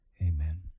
amen